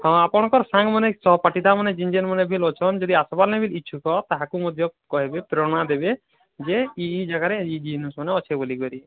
ହଁ ଆପଣଙ୍କର୍ ସାଙ୍ଗ ମାନେ ଯେ ଇଁ ଇଁ ଜାଗାରେ ଇଁ ଇଁ ଜିନିଷ୍ ମାନେ ଅଛେ ବୋଲି କରି